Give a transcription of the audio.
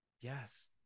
Yes